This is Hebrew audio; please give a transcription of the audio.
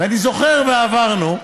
אני זוכר מה עברנו,